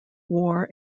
war